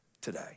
today